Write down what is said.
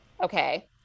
okay